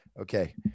okay